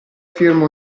firma